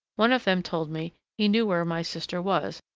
one of them told me he knew where my sister was,